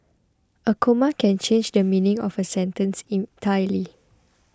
a comma can change the meaning of a sentence entirely